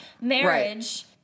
marriage